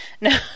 No